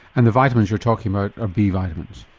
and the vitamins you're talking about are b vitamins?